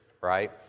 right